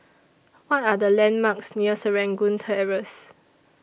What Are The landmarks near Serangoon Terrace